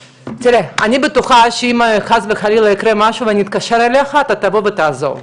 אני בטוחה שאם חס וחלילה יקרה משהו ואני אתקשר אליך אתה תבוא ותעזור,